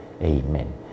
amen